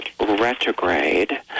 retrograde